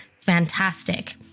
fantastic